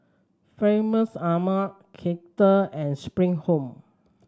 Famous Amo Kettle and Spring Home